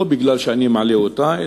לא בגלל שאני מעלה אותה,